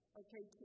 okay